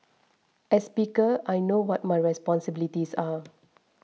as speaker I know what my responsibilities are